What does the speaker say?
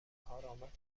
کارآمد